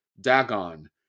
Dagon